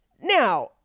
Now